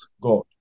God